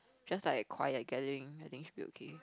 just like a quiet gathering I think should be okay